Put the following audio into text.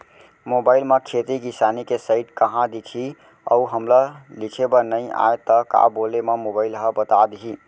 Mobile म खेती किसानी के साइट कहाँ दिखही अऊ हमला लिखेबर नई आय त का बोले म मोबाइल ह बता दिही?